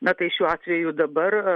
na tai šiuo atveju dabar